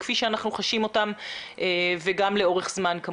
כפי שאנחנו חשים אותם וגם לאורך זמן.